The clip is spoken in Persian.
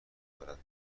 بلد